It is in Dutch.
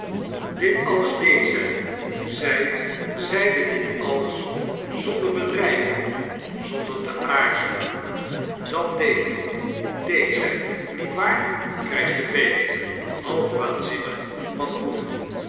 dit alles deed zij zij zeide dit alles zonder bedreiging zonder te aarzelen dat deed deed zij niet waar krijschte fagin half waanzinnig van woede